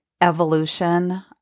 evolution